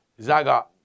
Zaga